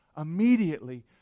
immediately